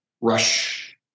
rush